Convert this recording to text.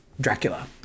Dracula